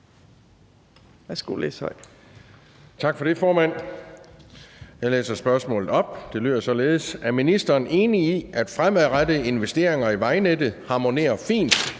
Er ministeren enig i, at fremadrettede investeringer i vejnettet harmonerer fint